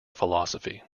philosophy